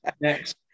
next